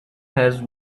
has